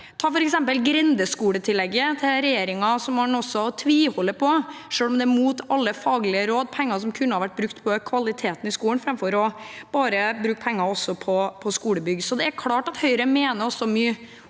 Ta f.eks. grendeskoletillegget til regjeringen, som man tviholder på, selv om det er imot alle faglige råd – penger som kunne vært brukt til å øke kvaliteten i skolen framfor bare på skolebygg. Det er klart at Høyre mener mye